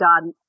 God